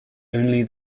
only